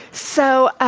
so,